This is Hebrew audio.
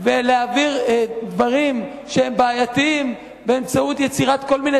ולהעביר דברים שהם בעייתיים באמצעות יצירת כל מיני